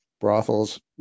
brothels